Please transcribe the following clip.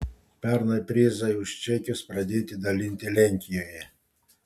pernai prizai už čekius pradėti dalinti lenkijoje